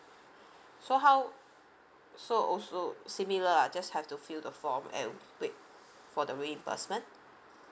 so how so also similar ah just have to fill the form and wait for the reimbursement